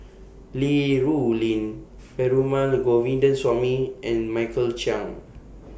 Li Rulin Perumal Govindaswamy and Michael Chiang